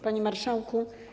Panie Marszałku!